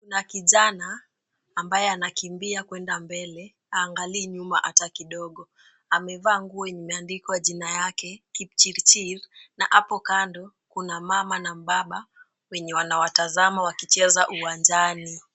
Kuna kijana ambaye anakimbia kwenda mbele, haangalii nyuma hata kidogo. Amevaa nguo imeandikwa jina yake, Kipchirchir na hapo kando kuna mama na mbaba wenye wanawatazama wakicheza uwanjani.